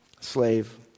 Slave